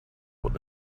would